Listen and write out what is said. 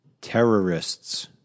terrorists